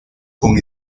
con